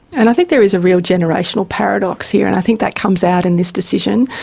and i think there is a real generational paradox here and i think that comes out in this decision,